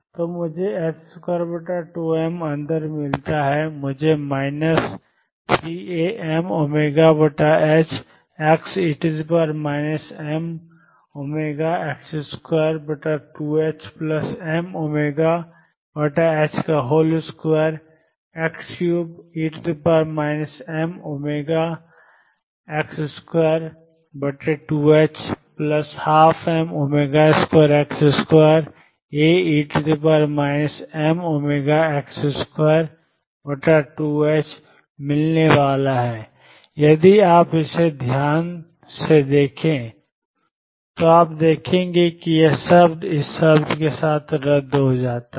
तो मुझे 22m अंदर मिलता है मुझे minus 3Amωxe mω2ℏx2Amω2x3e mω2ℏx212m2x2Ae mω2ℏx2 मिलने वाला है यदि आप इसे ध्यान से देखें तो आप देखेंगे कि यह शब्द इस शब्द के साथ रद्द हो जाता है